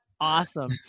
awesome